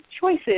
choices